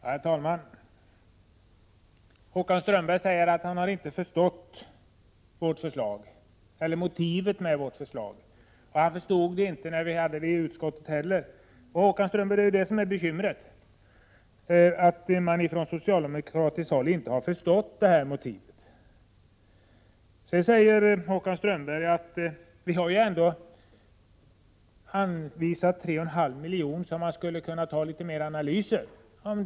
Herr talman! Håkan Strömberg säger att han inte har förstått motiven till vårt förslag. Han förstod det inte när vi behandlade förslaget i utskottet heller. Det är det som är bekymret, Håkan Strömberg, att man från socialdemokratiskt håll inte har förstått motivet. Sedan säger Håkan Strömberg att det ändå har anvisats 3,5 miljoner, så att litet fler analyser kan göras.